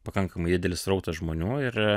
pakankamai didelis srautas žmonių ir